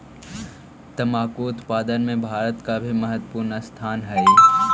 तंबाकू उत्पादन में भारत का भी महत्वपूर्ण स्थान हई